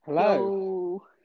Hello